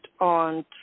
on